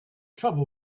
trouble